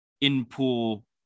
in-pool